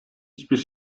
hiçbir